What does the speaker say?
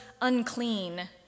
unclean